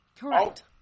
Correct